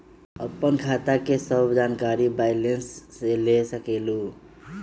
आपन खाता के सब जानकारी बैंक से ले सकेलु?